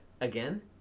again